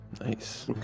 Nice